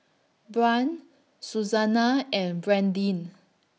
Brant Susannah and Brandyn